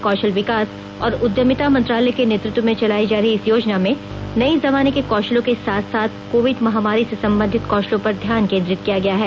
कौशल विकास और उद्यमिता मंत्रालय के नेतृत्व में चलायी जा रही इस योजना में नये जमाने के कौशलों के साथ साथ कोविड महामारी से संबंधित कौशलों पर ध्यान केन्द्रित किया गया है